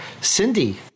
Cindy